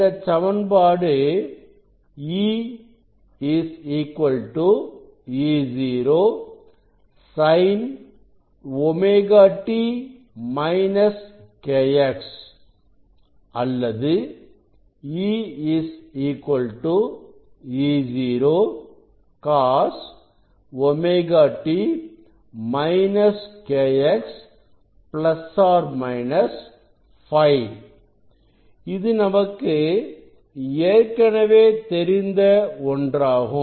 இந்த சமன்பாடு E E0 Sin ωt kx Or E E0 Cos ωt kx ±Φ இது நமக்கு ஏற்கனவே தெரிந்த ஒன்றாகும்